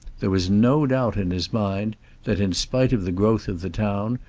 there was no doubt in his mind that, in spite of the growth of the town,